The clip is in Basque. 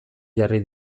jarri